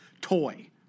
toy